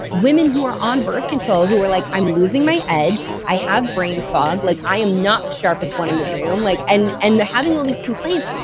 women who are on birth control, who are like, i'm losing my edge, i have brain fog, like i am not the sharpest one in the room. like and and having all these complaints.